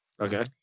Okay